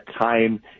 time